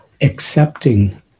accepting